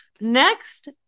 Next